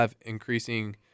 increasing